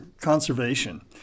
conservation